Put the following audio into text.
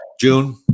June